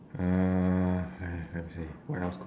uh I have nothing to say what else could